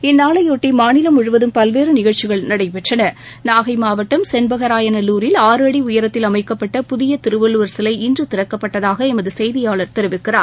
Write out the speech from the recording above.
இந்நாளையொட்டிமாநிலம் முழுவதும் பல்வேறுநிகழ்ச்சிகள் நடைபெற்றன நாகைமாவட்டம் செண்பகராயநல்லூரில் ஆறு அடிஉயரத்தில் அமைக்கப்பட்ட புதியதிருவள்ளுவர் சிலை இன்றுதிறக்கப்பட்டதாகளமதுசெய்தியாளா் தெரிவிக்கிறாா்